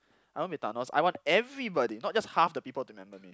I want to be Thanos I want everybody not just half the people to remember me